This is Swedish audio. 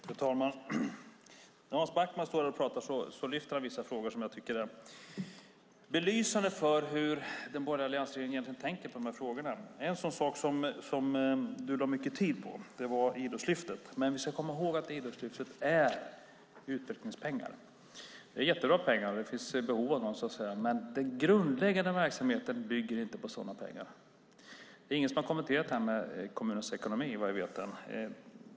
Fru talman! När Hans Backman står här och pratar lyfter han fram vissa frågor som jag tycker är belysande för hur den borgerliga alliansregeringen egentligen tänker. En sak som han lade mycket tid på var Idrottslyftet. Men vi ska komma ihåg att Idrottslyftet är utvecklingspengar. Det är jättebra pengar; det finns behov av dem. Men den grundläggande verksamheten bygger inte på sådana pengar. Det är ingen som har kommenterat detta med kommunernas ekonomi än, vad jag vet.